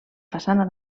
façana